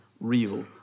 real